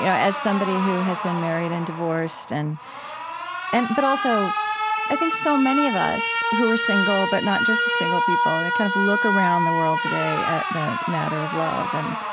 yeah as somebody who has been married and divorced, and and but also i think so many of us who are single, but not just single people, and kind of look around the world today at the matter of love, and